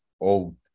old